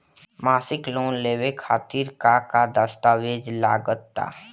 मसीक लोन लेवे खातिर का का दास्तावेज लग ता?